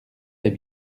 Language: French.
est